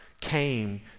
came